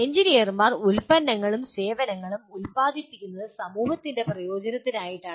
എഞ്ചിനീയർമാർ ഉൽപ്പന്നങ്ങളും സേവനങ്ങളും ഉൽപാദിപ്പിക്കുന്നത് സമൂഹത്തിന്റെ പ്രയോജനത്തിനായിട്ടാണ്